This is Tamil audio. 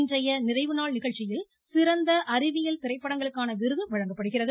இன்றைய நிறைவு நாள் நிகழ்ச்சியில் சிறந்த அறிவியல் திரைப்படங்களுக்கான விருது வழங்கப் படுகிறது